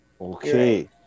okay